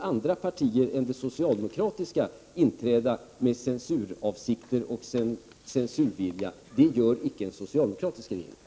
Andra partier än det socialdemokratiska må inträda med censuravsikter och censurvilja — det gör icke en socialdemokratisk regering.